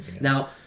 Now